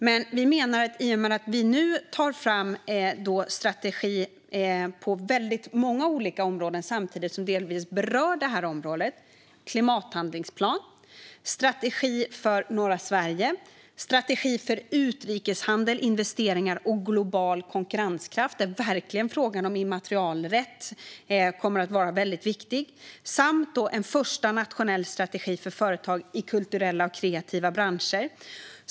Men vi tar nu fram strategier på många olika områden som delvis berör detta område - klimathandlingsplan, strategi för norra Sverige, strategi för utrikeshandel, investeringar och global konkurrenskraft, där frågan om immaterialrätt verkligen kommer att vara väldigt viktig, samt en första nationell strategi för företag i kulturella och kreativa branscher.